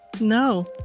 no